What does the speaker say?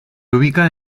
ubica